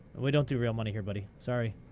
we don't do real money here, buddy, sorry.